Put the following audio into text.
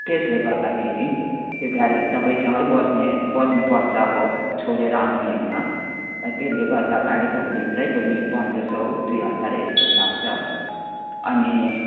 त्यसले गर्दाखेरि त्यो गाडी तपाईँसँगै बस्ने बस्नुपर्छ अब छोडेर आउने होइन त्यसले गर्दा कालेबुङभित्रै पनि पन्ध्र सौ दुई हजार यस्तो लाग्छ अनि